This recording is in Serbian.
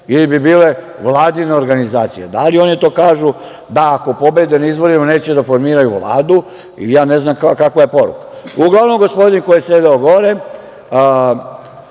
ili bi bile vladine organizacije? Da li oni to kažu da ako pobede na izborima neće da formiraju Vladu ili ja ne znam kakva je poruka? Uglavnom, gospodin koji je sedeo gore,